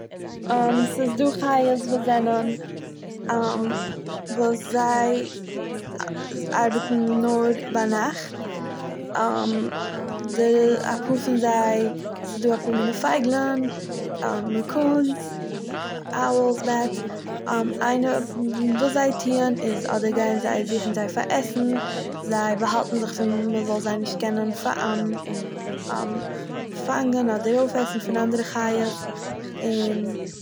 ס'איז דא חיות וואס זענען וואס זיי.. ארבעטן נאר ביינאכט דע- אפאהר פון זיי ס'דא אפאהר מינע פייגלן רעיקונס, אוועלס, בעט'ס, איינער.. וואס זיי טוהן איז אדער גייען זיי זוכן זיי פאר עסן זיי באהאליטן זיך פון מ'זאל זיי נישט קענען פ- פאנגען אדער אויפעסן פון אנדערע חיות און...